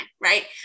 right